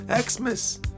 Xmas